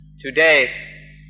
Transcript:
Today